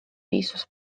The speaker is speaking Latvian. visus